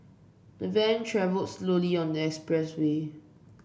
the van travel slowly on the expressway